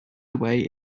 away